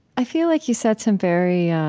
i feel like you said some very